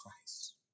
Christ